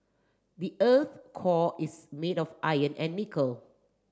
the earth core is made of iron and nickel